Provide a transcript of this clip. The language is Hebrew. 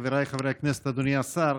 חבריי חברי הכנסת, אדוני השר,